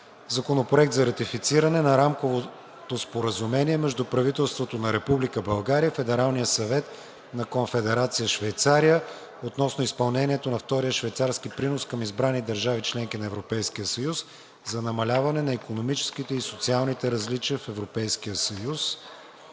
Законопроект за ратифициране на Рамковото споразумение между правителството на Република България и Федералния съвет на Конфедерация Швейцария относно изпълнението на Втория швейцарски принос към избрани държави – членки на Европейския съюз, за намаляване на икономическите и социалните различия в